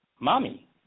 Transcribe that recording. Mommy